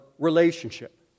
relationship